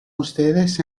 ustedes